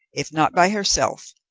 if not by herself,